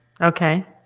Okay